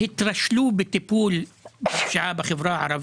המשרד נערך במרץ לממש את חוק המוגבלויות שעבר בכנסת